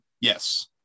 yes